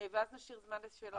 ואז נשאיר זמן לשאלות.